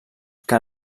que